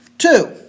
Two